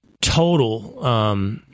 total